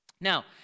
Now